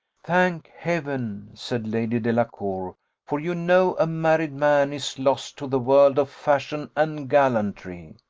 thank heaven! said lady delacour for you know a married man is lost to the world of fashion and gallantry.